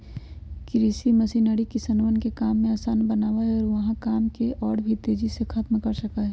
कृषि मशीनरी किसनवन के काम के आसान बनावा हई और ऊ वहां काम के और भी तेजी से खत्म कर सका हई